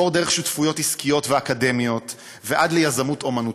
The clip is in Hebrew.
עבור דרך שותפויות עסקיות ואקדמיות ועד ליזמות אמנותית.